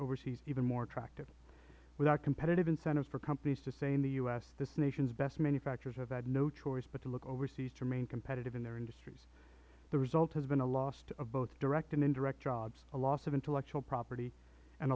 overseas even more attractive without competitive incentives for companies to stay in the u s this nation's best manufacturers have had no choice but to look overseas to remain competitive in their industries the result has been a loss of both direct and indirect jobs a loss of intellectual property and